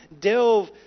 delve